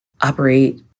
operate